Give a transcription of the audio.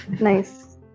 Nice